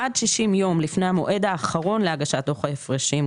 עד 60 ימים לפני המועד האחרון להגשת דוח ההפרשים,